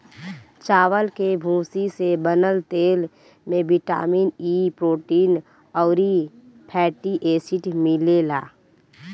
चावल के भूसी से बनल तेल में बिटामिन इ, प्रोटीन अउरी फैटी एसिड मिलेला